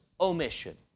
omission